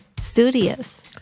Studious